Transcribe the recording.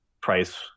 price